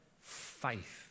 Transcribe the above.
Faith